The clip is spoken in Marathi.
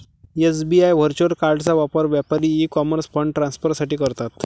एस.बी.आय व्हर्च्युअल कार्डचा वापर व्यापारी ई कॉमर्स फंड ट्रान्सफर साठी करतात